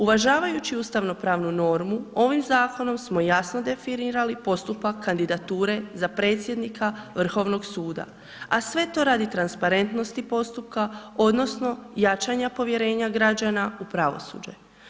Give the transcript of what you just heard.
Uvažavajući ustavno pravnu normu ovim zakonom smo jasno definirali postupak kandidature za predsjednika Vrhovnog suda, a sve to radi transparentnosti postupka odnosno jačanja povjerenja građana u pravosuđe.